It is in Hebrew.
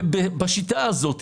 בשיטה הזו,